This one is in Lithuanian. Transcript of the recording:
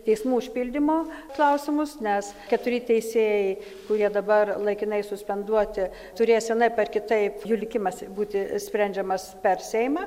teismų užpildymo klausimus nes keturi teisėjai kurie dabar laikinai suspenduoti turės vienaip ar kitaip jų likimas būti sprendžiamas per seimą